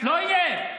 לא יהיה.